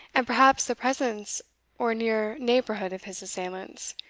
and perhaps the presence or near neighbourhood of his assailants,